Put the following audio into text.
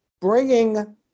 bringing